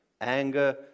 Anger